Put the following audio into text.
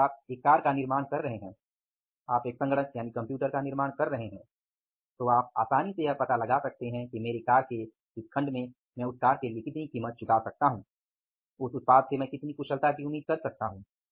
तो अगर आप एक कार का निर्माण कर रहे हैं आप एक संगणक का निर्माण कर रहे हैं तो आप आसानी से यह पता लगा सकते हैं कि मेरे कार के खण्ड में मैं उस कार के लिए कितनी कीमत चुका सकता हूं उस उत्पाद से मैं कितनी कुशलता की उम्मीद कर सकता हूं